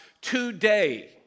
today